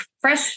fresh